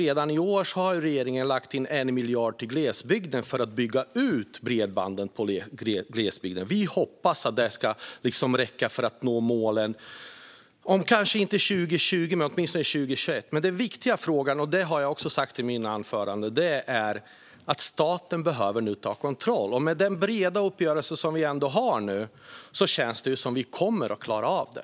Redan i år har regeringen lagt 1 miljard på att bygga ut bredband i glesbygden. Vi hoppas att det ska räcka för att nå målen - kanske inte 2020, men åtminstone 2021. Men den viktiga frågan - det har jag också sagt i mitt huvudanförande - är att staten behöver ta kontroll. Med den breda uppgörelse som vi har nu känns det som att vi kommer att klara av det.